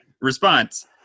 response